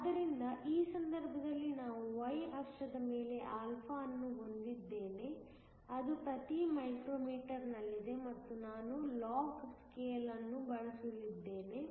ಆದ್ದರಿಂದ ಈ ಸಂದರ್ಭದಲ್ಲಿ ನಾನು y ಅಕ್ಷದ ಮೇಲೆ α ಅನ್ನು ಹೊಂದಿದ್ದೇನೆ ಅದು ಪ್ರತಿ ಮೈಕ್ರೋ ಮೀಟರ್ನಲ್ಲಿದೆ ಮತ್ತು ನಾನು ಲಾಗ್ ಸ್ಕೇಲ್ ಅನ್ನು ಬಳಸಲಿದ್ದೇನೆ